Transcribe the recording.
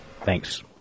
Thanks